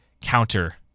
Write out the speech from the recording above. counter